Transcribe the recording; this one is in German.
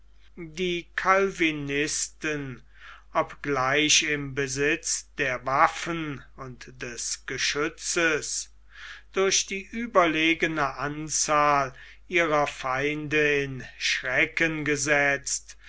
die calvinisten obgleich im besitze der waffen und des geschützes durch die überlegene anzahl ihrer feinde in schrecken gesetzt